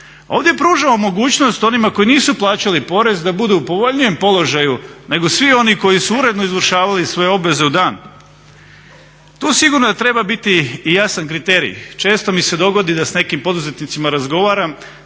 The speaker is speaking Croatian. Ovdje pružamo mogućnost onima koji nisu plaćali porez da budu u povoljnijem položaju nego svi oni koji su uredno izvršavali svoje obveze u dan. Tu sigurno da treba biti i jasan kriterij. Često mi se dogodi da s nekim poduzetnicima razgovaram,